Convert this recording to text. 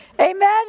Amen